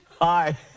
Hi